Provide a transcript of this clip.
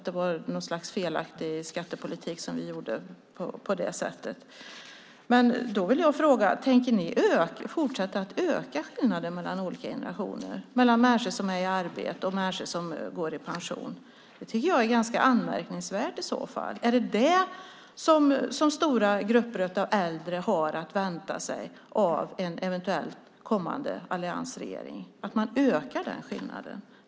Det var något slags felaktig skattepolitik som vi gjorde på det sättet. Jag vill då fråga: Tänker ni fortsätta att öka skillnaderna mellan olika generationer och mellan människor som är i arbete och människor som går i pension? Det tycker jag i så fall är ganska anmärkningsvärt. Är det vad stora grupper av äldre har att vänta sig av en eventuellt kommande alliansregering att man ökar den skillnaden?